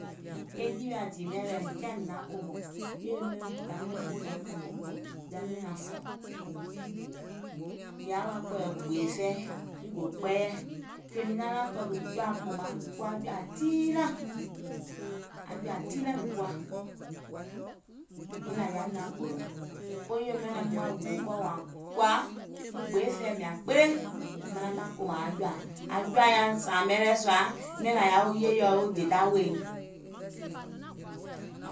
E yìwìà dìì mɛ̀ lɛɛ̀, kiàŋ mìŋ naŋ kòmò. Yèye miɔ̀ŋ wo dèda miɔ̀ŋ naim kià kòmò. Dèda miɔ̀ŋ naŋ fɔ̀. Mìŋ yaà wa kɔ̀ɔ̀yɛ̀ gbèè fɛi, miŋ gò kpɛɛyɛ̀, yèè mìŋ naàŋ tɔ̀ɔ̀tù aŋ jɔ̀à kòmaŋ, mìŋ kuwa jɔ̀ȧ tiinàŋ, aŋ jɔ̀à tiinàŋ ììm kuwa, nyiŋ nàŋ yaȧim naȧŋ gòlò. Wo yèye miɔ̀ŋ naim wa gbòò kɔɔ wààŋ kɔ̀à muŋ gbeè fɛi mìàŋ kpele, manaŋ ka kòmàŋ aŋ jɔ̀à, aŋ jɔ̀à nyaŋ sààmɛ lɛɛ̀ sùà, miàŋ nàŋ yaà wo yèyeɔ̀ wo dèdaà weèiŋ